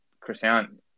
Christian